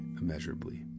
immeasurably